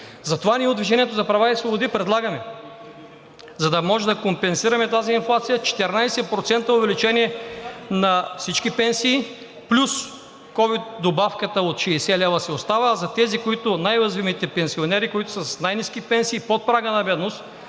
права и свободи“ предлагаме, за да можем да компенсираме тази инфлация, 14% увеличение на всички пенсии плюс ковид добавката от 60 лв. си остава, а за тези, които са най-уязвимите пенсионери, които са с най-ниски пенсии, под прага на бедност